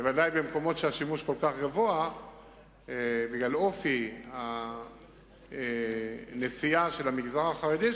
בוודאי במקומות שבהם השימוש כל כך רב בגלל אופי הנסיעה של המגזר החרדי,